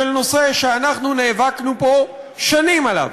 של נושא שאנחנו נאבקנו פה שנים עליו,